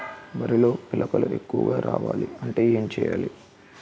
వరిలో పిలకలు ఎక్కువుగా రావాలి అంటే ఏంటి చేయాలి?